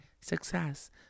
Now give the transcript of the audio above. success